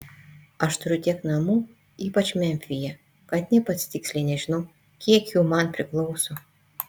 aš turiu tiek namų ypač memfyje kad nė pats tiksliai nežinau kiek jų man priklauso